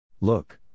Look